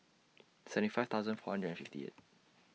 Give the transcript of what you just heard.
seventy five thousand four hundred and fifty eight